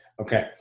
Okay